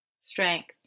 strength